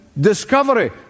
discovery